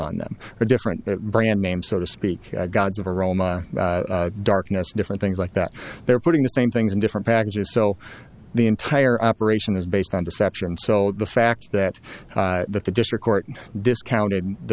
on them or a different brand name so to speak god's of aroma darkness different things like that they're putting the same things in different packages so the entire operation is based on deception sold the fact that the district court discounted the